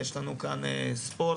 יש לנו כאן ספורט,